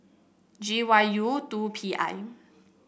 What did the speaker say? G Y U two P I